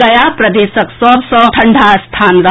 गया प्रदेशक सभ सँ ठंडा स्थान रहल